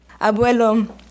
Abuelo